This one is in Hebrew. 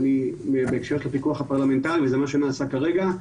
בהקשר של הפיקוח הפרלמנטרי וזה מה שנעשה כרגע.